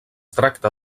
tracta